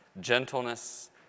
gentleness